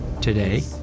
Today